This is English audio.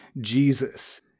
Jesus